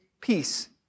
peace